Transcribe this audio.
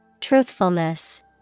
Truthfulness